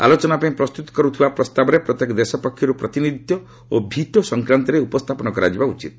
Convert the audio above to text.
ଆଲୋଚନାପାଇଁ ପ୍ରସ୍ତୁତ କରୁଥିବା ପ୍ରସ୍ତାବରେ ପ୍ରତ୍ୟେକ ଦେଶ ପକ୍ଷରୁ ପ୍ରତିନିଧିତ୍ୱ ଓ ଭିଟୋ ସଫକ୍ରାନ୍ତରେ ଉପସ୍ଥାପନ କରିବା ଉଚିତ